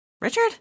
Richard